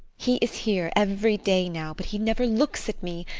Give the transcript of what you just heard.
he is here every day now, but he never looks at me,